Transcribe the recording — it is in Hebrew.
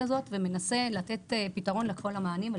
הזאת ומנסה לתת פתרון לכל המענים.